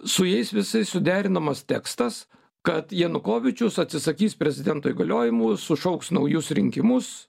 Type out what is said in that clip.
su jais visais suderinamas tekstas kad janukovyčius atsisakys prezidento įgaliojimų sušauks naujus rinkimus